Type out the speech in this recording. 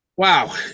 Wow